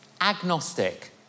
agnostic